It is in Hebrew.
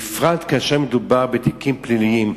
בפרט כאשר מדובר בתיקים פליליים.